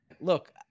look